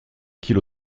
kilo